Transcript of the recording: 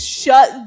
shut